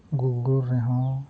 Google ᱨᱮᱦᱚᱸ